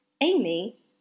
Amy